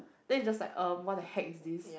then is just like um what-the-heck is this